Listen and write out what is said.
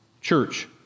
church